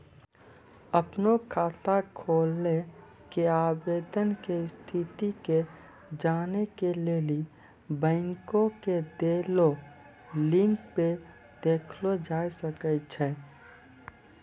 अपनो खाता खोलै के आवेदन के स्थिति के जानै के लेली बैंको के देलो लिंक पे देखलो जाय सकै छै